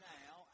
now